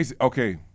Okay